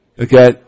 Okay